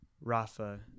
Rafa